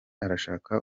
arashaka